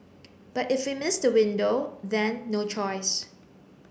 but if we miss the window then no choice